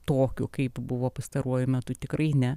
tokiu kaip buvo pastaruoju metu tikrai ne